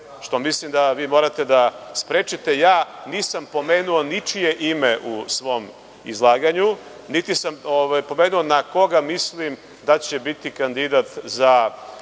što mislim da vi morate da sprečite. Ja nisam pomenuo ničije ime u svom izlaganju, niti sam pomenuo na koga mislim da će biti kandidat za